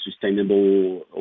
sustainable